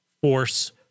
force